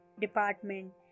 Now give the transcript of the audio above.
Department